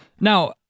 Now